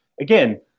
again